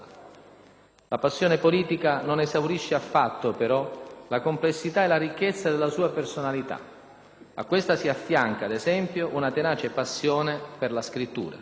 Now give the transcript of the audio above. La passione politica non esaurisce affatto, però, la complessità e la ricchezza della sua personalità. A questa si affianca, ad esempio, una tenace passione per la scrittura.